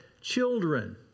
children